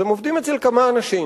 אז הם עובדים אצל כמה אנשים.